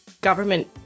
government